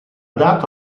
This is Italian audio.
dato